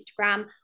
Instagram